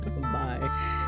Bye